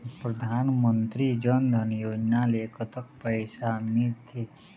परधानमंतरी जन धन योजना ले कतक पैसा मिल थे?